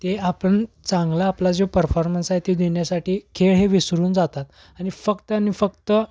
ते आपण चांगला आपला जो परफॉर्मन्स आहे तो देण्यासाठी खेळ हे विसरून जातात आणि फक्त आनि फक्त